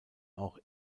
auch